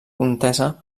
contesa